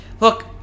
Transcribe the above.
look